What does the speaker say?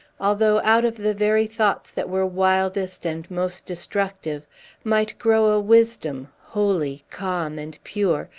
although out of the very thoughts that were wildest and most destructive might grow a wisdom, holy, calm, and pure,